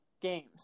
games